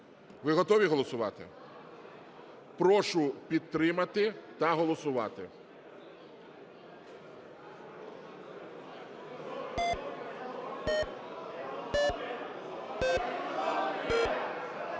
Ви готові голосувати? Прошу підтримати та голосувати.